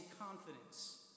confidence